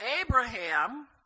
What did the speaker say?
Abraham